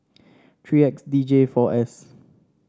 three X D J four S